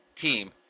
team